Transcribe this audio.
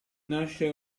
nasce